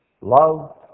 Love